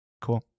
Cool